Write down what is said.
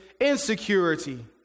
insecurity